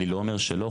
אני לא אומר שלא,